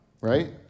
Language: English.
right